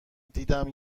دیدم